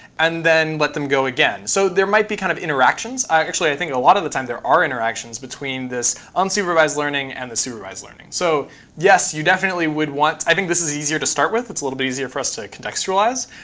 and then let them go again. so there might be kind of interactions. actually, i think a lot of the time there are interactions between this unsupervised learning and the supervised learning. so yes, you definitely would want i think this is easier to start with. it's a little bit easier for us to contextualize.